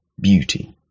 beauty